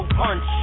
punch